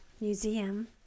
museum